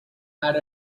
had